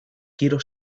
quiero